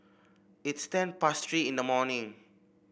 its ten past Three in the morning